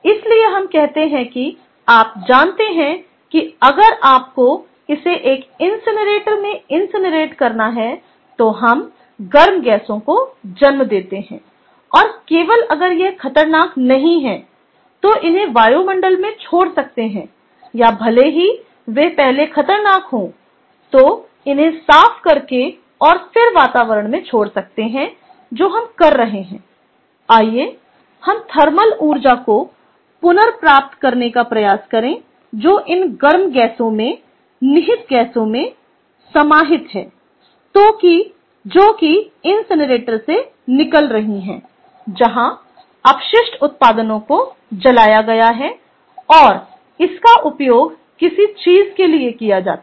इसलिए हम कहते हैं कि आप जानते हैं कि अगर आपको इसे एक इनसिनरेटर में इनसिनरेट करना है तो हम गर्म गैसों को जन्म देते हैं और केवल अगर यह खतरनाक नहीं है तो इन्हें वायुमंडल में छोड़ सकते हैंया भले ही वे पहले खतरनाक हों तो इन्हें साफ करके और फिर वातावरण में छोड़ सकते हैं जो हम कह रहे हैं आइए हम थर्मल ऊर्जा को पुनर्प्राप्त करने का प्रयास करें जो इन गर्म गैसों में निहित गैसों में समाहित है जो कि इनसिनरेटर से निकल रही है जहां अपशिष्ट उत्पादों को जलाया गया है और इसका उपयोग किसी चीज के लिए किया जाता है